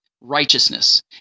righteousness